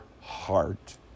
heart